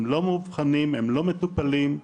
הם לא מאובחנים ולא מטופלים.